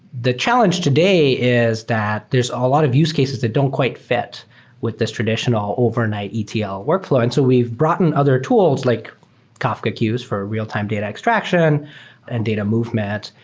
the challenge today is that there's a lot of use cases that don't quite fit with this traditional overnight etl workflow, and so we've brought in other tools like kafka queues for real-time data extraction and data movement,